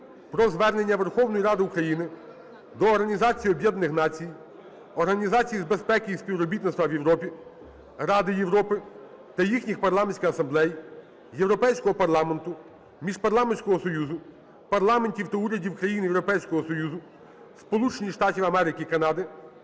про звернення Верховної Ради України до Організації Об'єднаних Націй, Організації з безпеки і співробітництва в Європі, Ради Європи та їхніх парламентських асамблей, Європейського парламенту, Міжпарламентського союзу, парламентів та урядів країн Європейського Союзу, Сполучених Штатів Америки і Канади,